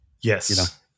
Yes